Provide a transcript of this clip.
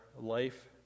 life